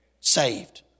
saved